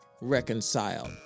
reconciled